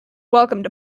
welcomed